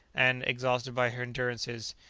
and, exhausted by her endurances,